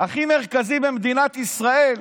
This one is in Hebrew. הכי מרכזי במדינת ישראל,